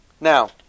Now